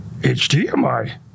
HDMI